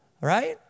right